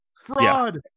Fraud